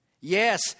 Yes